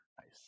Nice